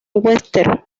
webster